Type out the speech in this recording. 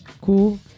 cool